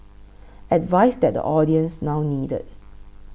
advice that the audience now needed